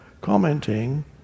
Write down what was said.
commenting